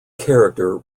character